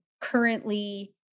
currently